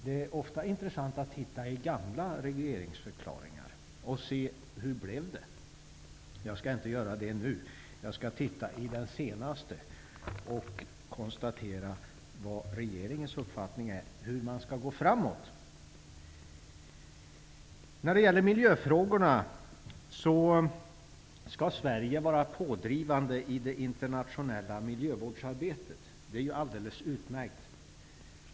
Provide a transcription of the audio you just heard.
Det är ofta intressant att titta i gamla regeringsförklaringar och se hur det blev. Jag skall inte göra det nu. Jag skall titta i den senaste och konstatera vad regeringen har för uppfattning om hur man skall gå framåt. Det nämns att Sverige skall vara pådrivande i det internationella miljövårdsarbetet. Det är ju alldeles utmärkt.